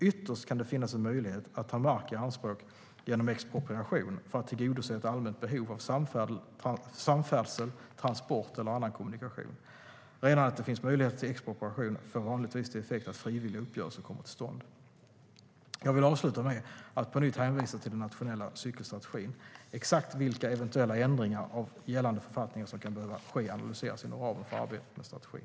Ytterst kan det finnas en möjlighet att ta mark i anspråk genom expropriation för att tillgodose ett allmänt behov av samfärdsel, transport eller annan kommunikation. Redan att det finns möjligheter till expropriation får vanligtvis till effekt att frivilliga uppgörelser kommer till stånd. Jag vill avsluta med att på nytt hänvisa till den nationella cykelstrategin. Exakt vilka eventuella ändringar av gällande författningar som kan behöva ske analyseras inom ramen för arbetet med strategin.